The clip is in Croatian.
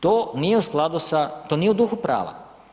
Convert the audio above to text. To nije u skladu sa, to nije u duhu prava.